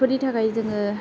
बेफोरनि थाखाय जोङो